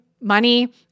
money